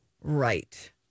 Right